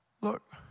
Look